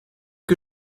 que